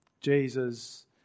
Jesus